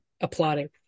applauding